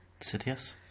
Sidious